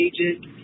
agent